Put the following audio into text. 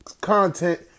content